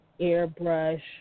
airbrush